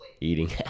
Eating